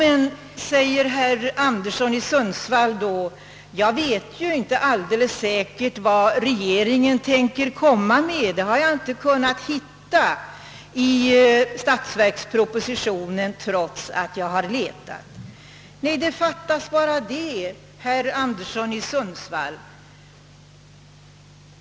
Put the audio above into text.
Då säger herr Anderson i Sundsvall: Jag vet ju inte alldeles säkert vad regeringen tänker komma med, det har jag inte kunnat hitta i statsverkspropositionen trots att jag har letat. Nej, fattas bara det, herr Anderson i Sundsvall!